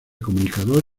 comunicador